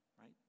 right